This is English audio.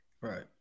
right